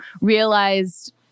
realized